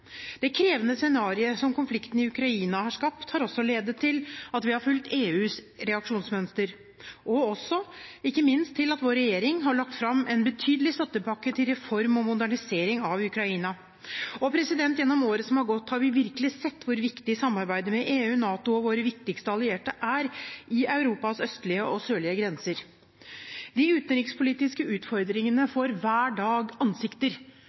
Det krevende scenarioet som konflikten i Ukraina har skapt, har også ledet til at vi har fulgt EUs reaksjonsmønster, og ikke minst til at vår regjering har lagt fram en betydelig støttepakke til reform og modernisering av Ukraina. Og gjennom året som har gått, har vi virkelig sett hvor viktig samarbeidet med EU, NATO og våre viktigste allierte er, i Europas østlige og sørlige grenser. De utenrikspolitiske utfordringene får hver dag ansikter